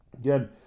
again